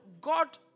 God